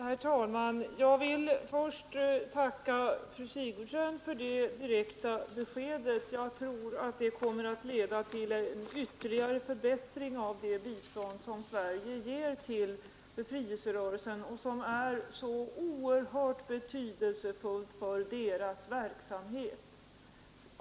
Herr talman! Jag vill först tacka fru Sigurdsen för det direkta beskedet. Jag tror att det kommer att leda till en ytterligare förbättring av det bistånd som Sverige ger till befrielserörelsen och som är så oerhört betydelsefullt för dess verksamhet.